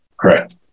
Correct